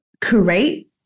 create